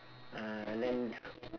uh and then